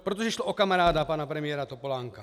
Protože šlo o kamaráda pana premiéra Topolánka.